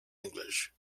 english